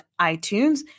iTunes